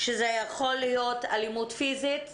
זו יכולה להיות אלימות פיזית,